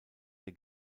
der